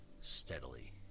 Steadily